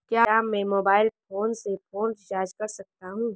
क्या मैं mobile phone से फोन रिचार्ज कर सकता हूं?